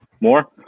more